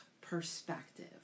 perspective